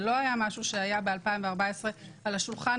זה לא משהו שהיה ב-2014 על השולחן,